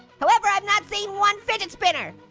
however, i'm not seeing one fidget spinner.